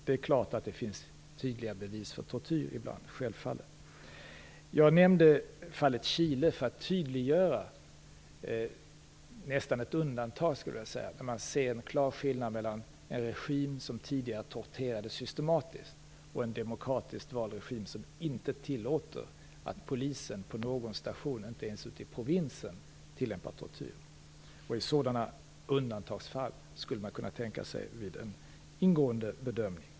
Det är klart att det finns tydliga bevis för tortyr ibland, självfallet. Jag nämnde fallet Chile för att tydliggöra något som, skulle jag vilja säga, nästan är ett undantag. Där ser man en klar skillnad mellan en regim som tidigare torterade systematiskt och en demokratiskt vald regim som inte tillåter att polisen på någon station, inte ens ute i provinsen, tillämpar tortyr. Sådana undantagsfall skulle man kunna tänka sig vid en ingående bedömning.